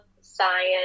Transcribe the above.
science